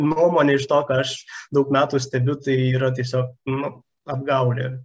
nuomone iš to ką aš daug metų stebiu tai yra tiesio nu apgaulė